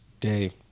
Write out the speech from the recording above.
Day